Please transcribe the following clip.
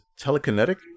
telekinetic